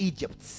Egypt